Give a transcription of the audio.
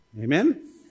Amen